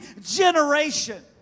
generation